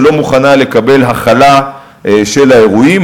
שלא מוכנה לקבל הכלה של האירועים,